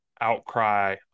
outcry